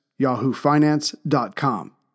YahooFinance.com